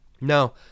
Now